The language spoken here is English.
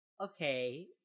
okay